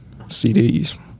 CDs